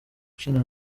ukina